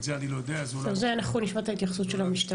את זה אני לא יודע --- על זה אנחנו נשמע את ההתייחסות של המשטרה.